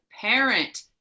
Parent